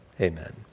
amen